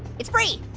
it's free!